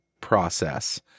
process